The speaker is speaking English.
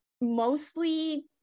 mostly